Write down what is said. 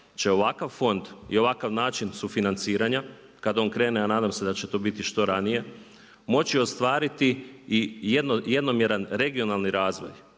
će ovakav fond i ovakav način sufinanciranja kada on krene a nadam se da će to biti što ranije moći ostvariti i jednomjeran regionalni razvoj.